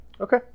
Okay